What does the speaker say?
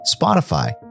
Spotify